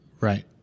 Right